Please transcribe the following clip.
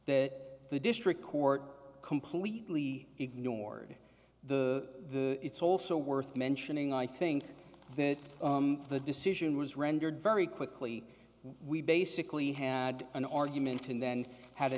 that the district court completely ignored the it's also worth mentioning i think that the decision was rendered very quickly we basically had an argument and then had a